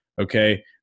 okay